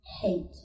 hate